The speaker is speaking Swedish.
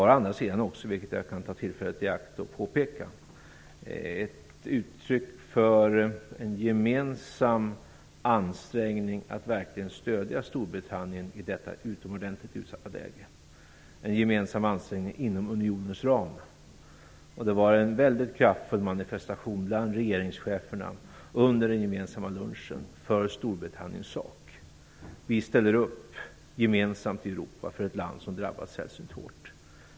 Å andra sidan var det, jag kan ta tillfället i akt att påpeka det, ett uttryck för en gemensam ansträngning att verkligen stödja Storbritannien i detta utomordentligt utsatta läge - en gemensam ansträngning inom unionens ram. Det var också under den gemensamma lunchen en väldigt kraftfull manifestation bland regeringscheferna för Storbritanniens sak. Vi ställer gemensamt upp i Europa för ett land som drabbats sällsynt hårt.